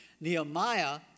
Nehemiah